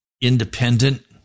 independent